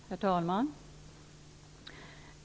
Herr talman!